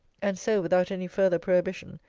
and so, without any farther prohibition,